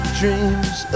dreams